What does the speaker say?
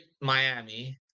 Miami